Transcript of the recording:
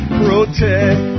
protect